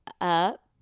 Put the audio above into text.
up